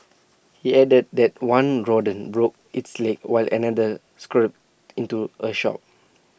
he added that one rodent broke its leg while another scurried into A shop